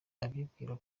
abibwira